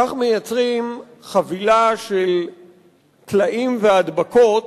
כך מייצרים חבילה של טלאים והדבקות